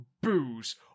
booze